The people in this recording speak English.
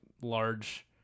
large